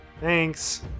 thanks